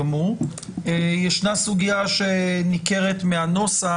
יש סוגיה שניכרת מהנוסח.